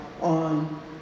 on